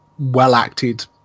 well-acted